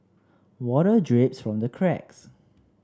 water drips from the cracks